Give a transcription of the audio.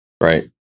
right